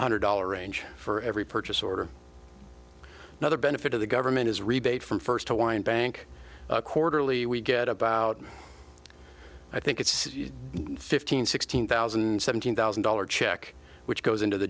the hundred dollar range for every purchase order another benefit of the government is rebate from first to wind bank quarterly we get about i think it's fifteen sixteen thousand seventeen thousand dollars check which goes into the